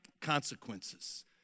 consequences